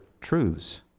truths